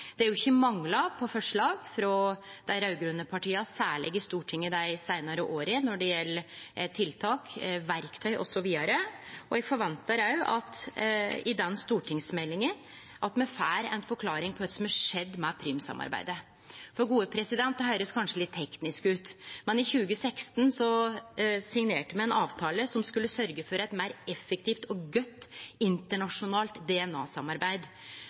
Det har ikkje mangla på forslag frå særleg dei raud-grøne partia i Stortinget dei seinare åra når det gjeld tiltak, verktøy osv. Eg forventar òg at me i den stortingsmeldinga får ei forklaring på kva som har skjedd med Prüm-samarbeidet. Det høyrest kanskje litt teknisk ut, men i 2016 signerte me ein avtale som skulle sørgje for eit meir effektivt og godt internasjonalt